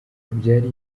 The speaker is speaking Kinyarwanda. byari